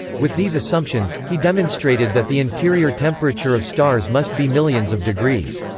with these assumptions, he demonstrated that the interior temperature of stars must be millions of degrees.